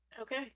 Okay